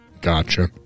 Gotcha